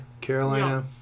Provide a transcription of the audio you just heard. Carolina